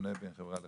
שונה בין חברה לחברה?